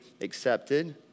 accepted